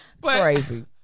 crazy